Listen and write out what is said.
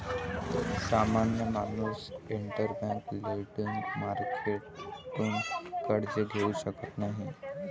सामान्य माणूस interbank lending मार्केटतून कर्ज घेऊ शकत नाही